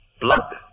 blood